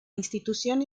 institución